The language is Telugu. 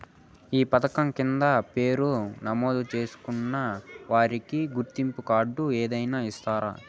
ఈ పథకం కింద పేరు నమోదు చేసుకున్న వారికి గుర్తింపు కార్డు ఏదైనా ఇస్తారా?